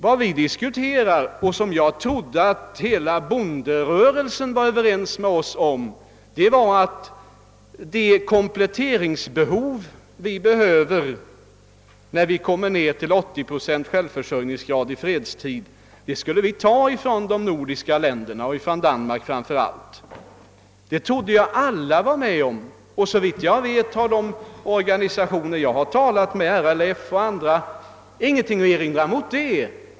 Vad vi diskuterar och vad jag har trott att hela bonderörelsen var överens med oss om är att det kompletteringsbehov som vi har med en 80-procentig självförsörjningsgrad i fredstid skall fyllas från de nordiska länderna, framför allt från Danmark. De representanter för olika organisationer, RLF och andra, som jag har talat med har ingenting haft att erinra mot det.